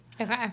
Okay